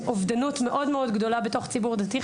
אובדנות מאוד גדולה בתוך הציבור הדתי,